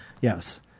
Yes